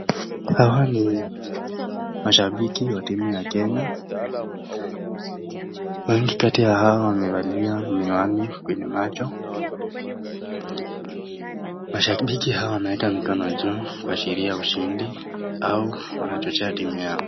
Hawa ni mashabiki wa timu ya Kenya. Wawili kati ya hao wamevalia miwani kwenye macho. Mashabiki hawa wameweka mikono juu kuashiria ushindi au wanachochea timu yao.